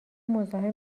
مزاحم